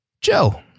Joe